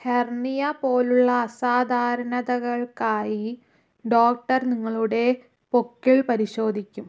hernia പോലുള്ള അസാധാരണതകൾക്കായി doctor നിങ്ങളുടെ പൊക്കിൾ പരിശോധിക്കും